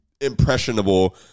impressionable